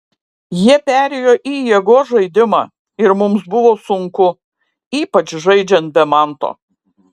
jie perėjo į jėgos žaidimą ir mums buvo sunku ypač žaidžiant be manto